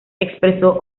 expresó